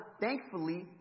Thankfully